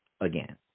again